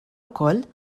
wkoll